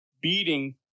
beating